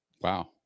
Wow